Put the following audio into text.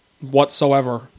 Whatsoever